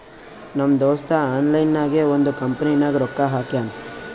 ನಮ್ ದೋಸ್ತ ಆನ್ಲೈನ್ ನಾಗೆ ಒಂದ್ ಕಂಪನಿನಾಗ್ ರೊಕ್ಕಾ ಹಾಕ್ಯಾನ್